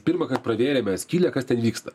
pirmąkart pravėrėme skylę kas ten vyksta